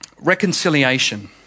reconciliation